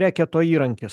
reketo įrankis